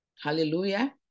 Hallelujah